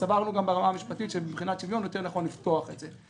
סברנו גם ברמה המשפטית שמבחינת שוויון נכון יותר לפתוח את זה.